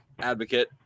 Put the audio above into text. advocate